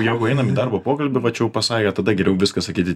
jeigu einam į darbo pokalbį va čia jau pasakė tada geriau viską sakyti